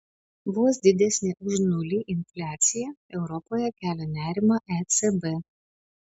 vos didesnė už nulį infliacija europoje kelia nerimą ecb